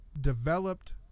developed